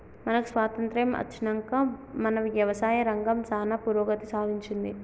మనకు స్వాతంత్య్రం అచ్చినంక మన యవసాయ రంగం సానా పురోగతి సాధించింది